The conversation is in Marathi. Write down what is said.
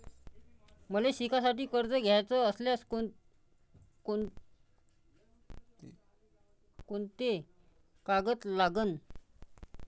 मले शिकासाठी कर्ज घ्याचं असल्यास कोंते कागद लागन?